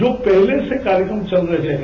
जो पहले से कार्यक्रम चल रहे हैं